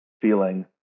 feeling